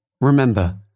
Remember